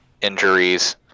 injuries